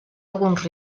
alguns